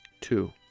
two